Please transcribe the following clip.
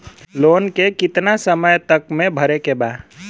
Loan के कितना समय तक मे भरे के बा?